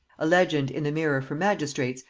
a legend in the mirror for magistrates,